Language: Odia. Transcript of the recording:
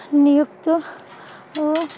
ନିଯୁକ୍ତ ଓ